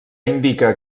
indica